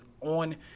on